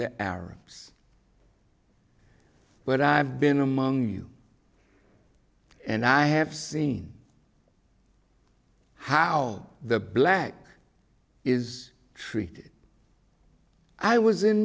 the arabs but i've been among you and i have seen how the black is treated i was in